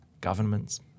governments